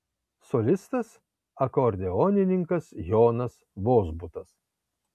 solistas akordeonininkas jonas vozbutas